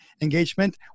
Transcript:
engagement